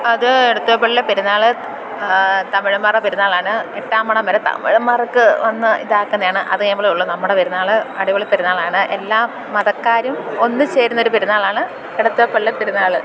അത് എടത്വ പള്ളി പെരുന്നാൾ തമിഴന്മാരുടെ പെരുന്നാളാണ് എട്ടാം പണം വരെ തമിഴന്മാരൊക്കെ വന്ന് ഇതാകുന്നതാണ് അതു കഴിയുമ്പോഴേ ഉള്ളു നമ്മുടെ പെരുന്നാൾ അടിപൊളി പെരുന്നാളാണ് എല്ലാ മതക്കാരും ഒന്നു ചേരുന്നൊരു പെരുന്നാളാണ് എടത്വ പള്ളി പെരുന്നാൾ